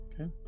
okay